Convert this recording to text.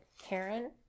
Karen